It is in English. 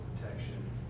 protection